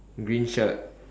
green shirt